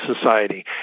Society